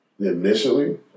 initially